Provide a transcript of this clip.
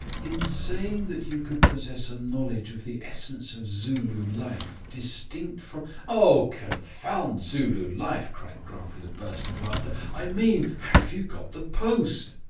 in saying that you could possess a knowledge of the essence of zulu life distinct from oh! confound zulu life, cried grant, with a burst of laughter. i mean, have you got the post?